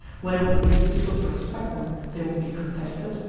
when it would be useful to respect them they would be contested,